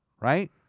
Right